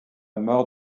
mort